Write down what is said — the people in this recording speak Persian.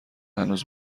هنوز